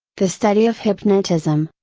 the study of hypnotism,